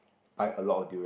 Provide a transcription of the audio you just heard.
buy a lot of durian